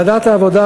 ועדת העבודה,